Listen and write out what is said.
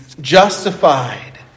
justified